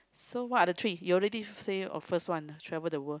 so what are the three you already said of first one travel the world